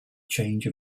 change